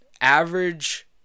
average